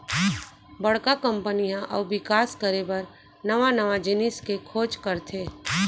बड़का कंपनी ह अउ बिकास करे बर नवा नवा जिनिस के खोज करथे